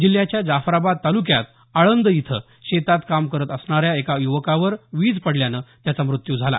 जिल्ह्याच्या जाफराबाद तालुक्यात आळंद इथं शेतात काम करत असणाऱ्या एका युवकावर वीज पडल्यानं त्याचा मृत्यू झाला